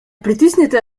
pritisnite